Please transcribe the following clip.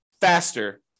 faster